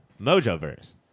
mojo-verse